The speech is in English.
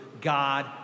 God